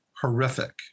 horrific